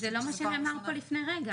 זה לא מה שנאמר פה לפני רגע.